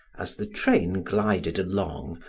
as the train glided along,